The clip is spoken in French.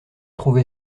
trouvé